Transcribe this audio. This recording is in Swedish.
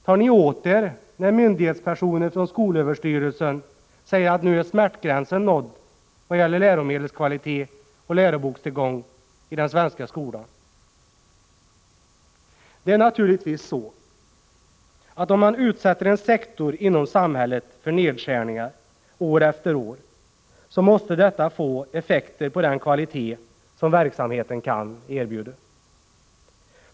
Tar ni åt er när myndighetspersoner från skolöverstyrelsen säger att smärtgränsen nu är nådd vad gäller läromedelskvalitet och lärobokstillgång i den svenska skolan? Det är naturligtvis så att om man utsätter en sektor inom samhället för nedskärningar år efter år, så måste detta få effekter på den kvalitet som verksamheten kan erbjuda.